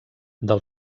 del